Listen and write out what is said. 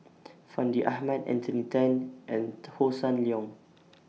Fandi Ahmad Anthony Then and Hossan Leong